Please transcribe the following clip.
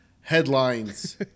headlines